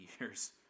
years